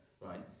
Right